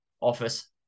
office